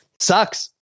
sucks